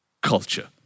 culture